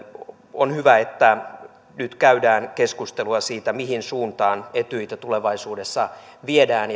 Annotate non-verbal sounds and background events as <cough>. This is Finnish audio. on hyvä että nyt käydään keskustelua siitä mihin suuntaan etyjiä tulevaisuudessa viedään <unintelligible>